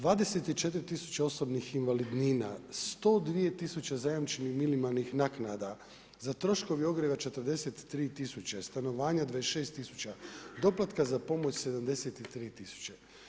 24 tisuće osobnih invalidnina, 102 tisuće zajamčenih minimalnih naknada, za troškove ogrijeva 43 tisuće, stanovanja 26 tisuća, doplatka za pomoć 73 tisuće.